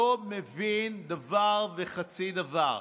לא מבין דבר וחצי דבר.